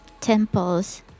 temples